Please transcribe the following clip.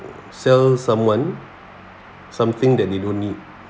sell someone something that they don't need